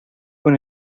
con